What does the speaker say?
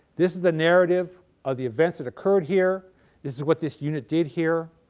this is the narrative of the events that occurred here. this is what this unit did here,